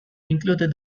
included